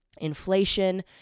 inflation